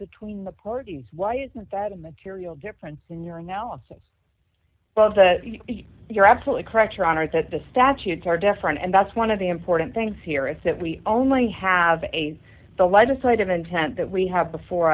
between the parties why isn't that a material difference in your analysis well you're absolutely correct your honor that the statutes are different and that's one of the important things here is that we only have a the legislative intent that we have before